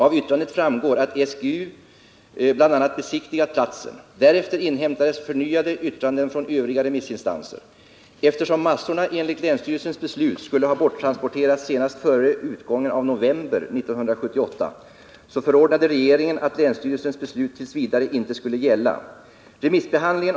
Av yttrandet framgår att SGU bl.a. besiktigat platsen.